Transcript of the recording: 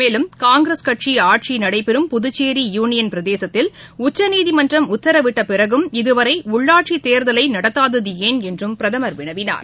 மேலும் காங்கிரஸ் கட்சிஆட்சிநடைபெறும் புதுச்சேரி யூனியன் பிரதேசத்தில் உச்சநீதிமன்றம் உத்தரவிட்டபிறகும் இதுவரைஉள்ளாட்சித்தேர்தலைநடத்தாததுஏன் என்றும் பிரதமர் வினவினார்